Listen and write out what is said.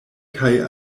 kaj